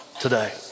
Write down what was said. today